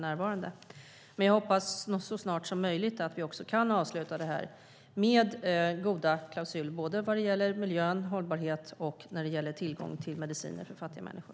Jag hoppas dock att vi så snart som möjligt kan avsluta detta med goda klausuler vad gäller miljö, hållbarhet och tillgång till mediciner för fattiga människor.